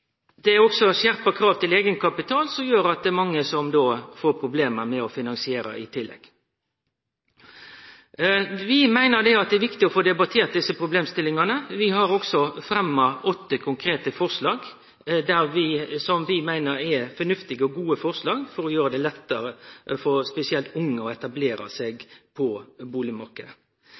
Skjerpa krav til eigenkapital gjer i tillegg at mange får problem med å finansiere. Vi meiner at det er viktig å få debattert desse problemstillingane. Vi har også fremma åtte konkrete forslag som vi meiner er fornuftige og gode forslag for å gjere det lettare spesielt for unge å etablere seg på